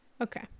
Okay